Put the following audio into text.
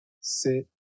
sit